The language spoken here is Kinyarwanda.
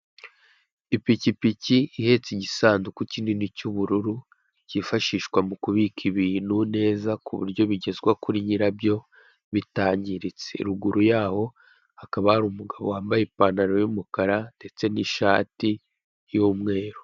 Ipikipiki ihetse igisanduku kinini cy'ubururu, cyifashishwa mu kubika ibintu neza, ku buryo bigezwa kuri nyirabyo bitangiritse. Ruguru yaho hakaba hari umugabo wambaye ipantaro y'umukara ndetse n'ishati y'umweru,